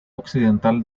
occidental